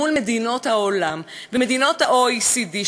מול מדינות העולם ומדינות ה-OECD,